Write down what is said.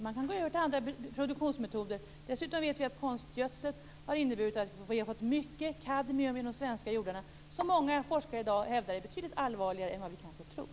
Man kan gå över till andra produktionsmetoder. Dessutom vet vi att konstgödseln har inneburit att vi har fått mycket kadmium i de svenska jordarna, som många forskare i dag hävdar är betydligt allvarligare än vad vi kanske tror.